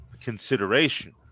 consideration